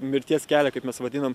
mirties kelią kaip mes vadinam